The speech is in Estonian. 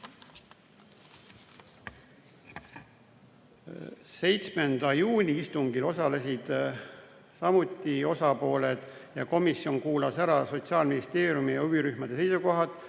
juuni istungil osalesid samuti osapooled. Komisjon kuulas ära Sotsiaalministeeriumi ja huvirühmade seisukohad